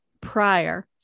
prior